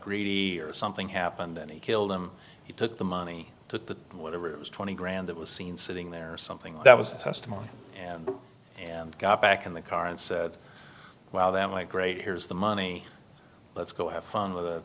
greedy or something happened and he killed him he took the money to whatever it was twenty grand that was seen sitting there something that was testimony and got back in the car and said wow that my great here's the money let's go have fun with